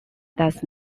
does